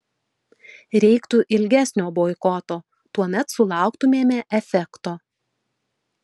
reiktų ilgesnio boikoto tuomet sulauktumėme efekto